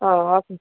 ಆ